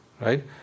right